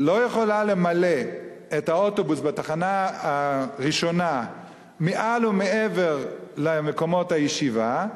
לא יכולה למלא את האוטובוס בתחנה הראשונה מעל ומעבר למקומות הישיבה,